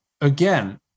again